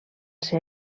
ser